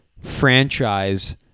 franchise